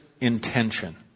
intention